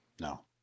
No